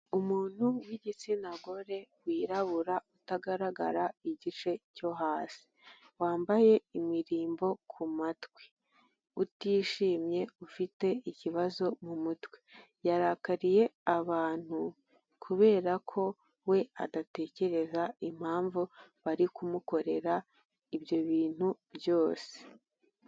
Umuntu w'igitsina gore wirabura utagaragara igice cyo hasi. Wambaye imirimbo ku matwi utishimye ufite ikibazo mu mutwe, yarakariye abantu kubera ko we adatekereza impamvu bari kumukorera ibyo bintu byose.